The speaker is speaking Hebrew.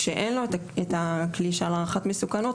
כשאין לו את הכלי של הערכת מסוכנות,